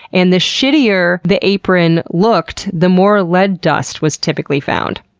and the shittier the apron looked, the more lead dust was typically found.